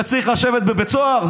אתה צריך לשבת בבית סוהר.